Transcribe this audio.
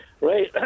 right